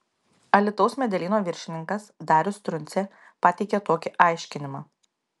alytaus medelyno viršininkas darius truncė pateikė tokį aiškinimą